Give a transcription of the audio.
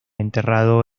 enterrado